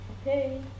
Okay